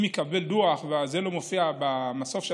אם הוא יקבל דוח וזה לא מופיע במסוף של